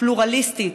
פלורליסטית,